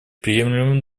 приемлемым